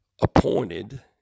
appointed